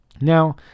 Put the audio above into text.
Now